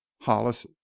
Hollis